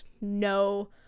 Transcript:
no